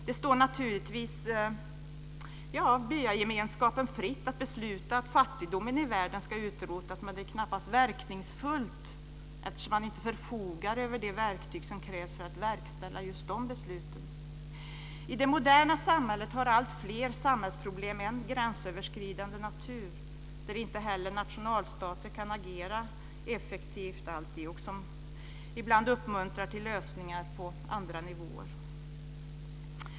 Det står naturligtvis bygemenskapen fritt att besluta att fattigdomen i världen ska utrotas, men det är knappast verkningsfullt, eftersom man inte förfogar över de verktyg som krävs för att verkställa besluten. I det moderna samhället har alltfler samhällsproblem en gränsöverskridande natur, där inte heller nationalstater kan agera effektivt och som ibland uppmuntrar till lösningar på andra nivåer.